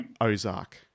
Ozark